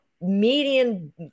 median